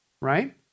right